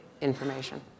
information